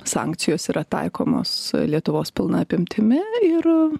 sankcijos yra taikomos lietuvos pilna apimtimi ir